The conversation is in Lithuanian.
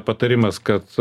patarimas kad